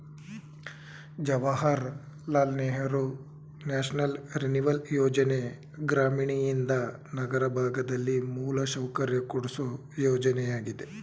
Jawahar Lal Nehru national renewal ಯೋಜನೆ ಗ್ರಾಮೀಣಯಿಂದ ನಗರ ಭಾಗದಲ್ಲಿ ಮೂಲಸೌಕರ್ಯ ಕೊಡ್ಸು ಯೋಜನೆಯಾಗಿದೆ